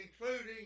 including